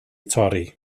torri